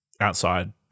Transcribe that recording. outside